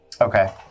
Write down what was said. Okay